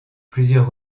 plusieurs